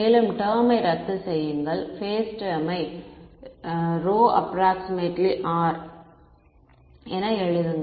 மேலும் டெர்ம் யை ரத்து செய்யுங்கள் பேஸ் டெர்ம் யை ρ ≈ R ஆக எழுதுங்கள்